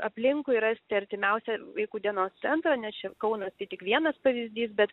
aplinkui rasti artimiausią vaikų dienos centrą nes čia kaunas tai tik vienas pavyzdys bet